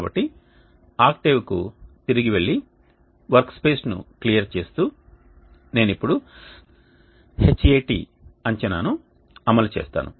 కాబట్టి ఆక్టేవ్కి తిరిగి వెళ్లి వర్క్స్పేస్ను క్లియర్ చేస్తూ నేను ఇప్పుడు Hat అంచనాను అమలు చేస్తాను